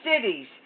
cities